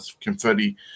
confetti